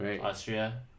austria